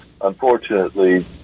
unfortunately